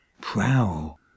prowl